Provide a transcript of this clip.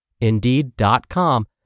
Indeed.com